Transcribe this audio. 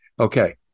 Okay